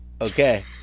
Okay